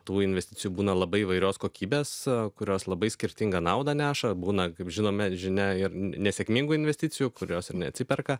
tų investicijų būna labai įvairios kokybės kurios labai skirtingą naudą neša būna kaip žinome žinia ir nesėkmingų investicijų kurios ir neatsiperka